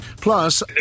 Plus